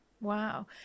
Wow